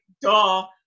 duh